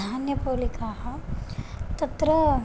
धान्यपोलिकाः तत्र